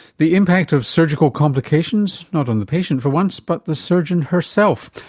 the impact of surgical complications, not on the patient for once, but the surgeon herself.